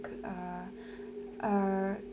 uh uh